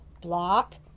block